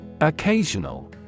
Occasional